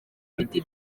ibiti